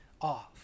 off